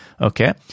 okay